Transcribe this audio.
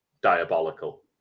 diabolical